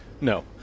no